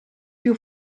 più